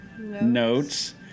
Notes